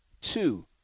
two